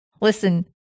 listen